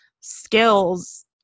skills